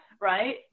right